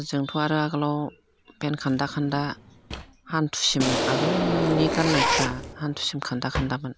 जोंथ' आरो आगोलाव फेन खान्दा खान्दा हान्थुसिम आगोलनि गाननायफ्रा हान्थुसिम खान्दा खान्दामोन